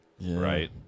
Right